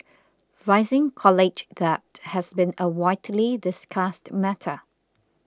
rising college debt has been a widely discussed matter